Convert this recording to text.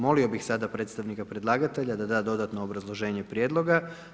Molio bih sada predstavnika predlagatelja da dodatno obrazloženje Prijedloga.